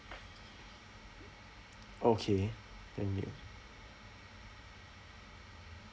okay the meal